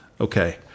Okay